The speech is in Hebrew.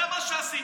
זה מה שעשית.